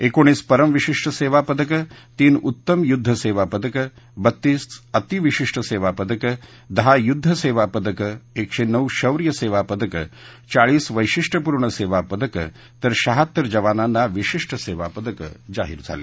एकोणीस परम विशिष्ट सेवा पदकं तीन उत्तम युद्ध सेवा पदकं बत्तीस अति विशिष्ट सेवा पदकं दहा युद्ध सेवा पदकं एकशे नऊ शौर्य सेवा पदकं चाळीस वैशिष्ट्यपूर्ण सेवा पदकं तर शहात्तर जवानांना विशिष्ट सेवा पदक जाहीर झाले